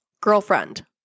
Girlfriend